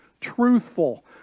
truthful